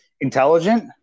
intelligent